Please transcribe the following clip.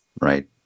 right